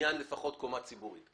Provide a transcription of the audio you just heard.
לעניין קומה ציבורית.